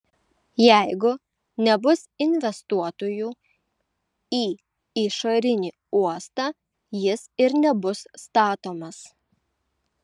jeigu nebus investuotojų į išorinį uostą jis ir nebus statomas